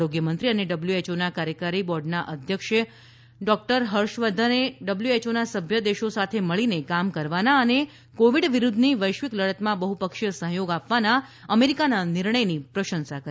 આરોગ્ય મંત્રી અને ડબલ્યુએચઓના કાર્યકારી બોર્ડના અધ્યક્ષ ડોકટર હર્ષવર્ધને ડબલ્યુએચઓના સભ્ય દેશો સાથે મળીને કામ કરવાના અને કોવિડ વિરુધ્ધની વૈશ્વિક લડતમાં બહ્પક્ષીય સહયોગ આપવાના અમેરીકાના નિર્ણયની પ્રશંસા કરી